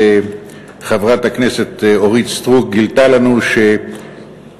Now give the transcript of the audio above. חברת הכנסת אורית סטרוק גילתה לנו שאי-אפשר